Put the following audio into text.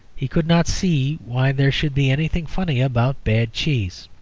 he could not see why there should be anything funny about bad cheese.